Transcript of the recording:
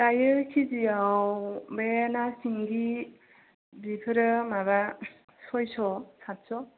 दायो केजियाव बे ना सिंगि बेफोरो माबा सयस' सातस'